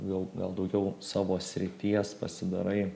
gal gal daugiau savo srities pasidarai